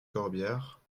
corbière